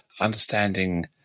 understanding